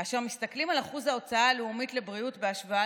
כאשר מסתכלים על אחוז ההוצאה הלאומית על בריאות בהשוואה